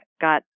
got